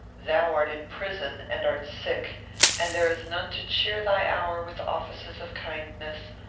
thou art in prison and art sick and there is none to cheer thy hour with offices of kindness,